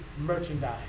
merchandise